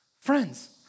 Friends